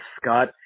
Scott